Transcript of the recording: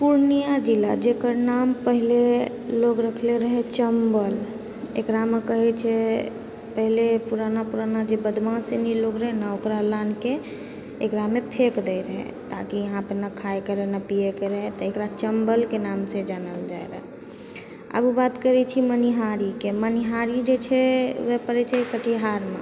पूर्णियाँ जिला जेकर नाम पहिले लोग रखने रहै चम्बल एकरामे कहैछै पहिले पुराना पुराना जे बदमाशसनि लोग रहै ने ओकरा लानिके एकरामे फेंक दैत रहै किआकि यहाँ नहि खाएके रहै नहि पिएके रहै तऽ एकरा चम्बलके नामसे जानल जाय रहै आब ओ बात करैछी मनिहारीके मनिहारी जे छै ओ पड़ै छै कटिहारमे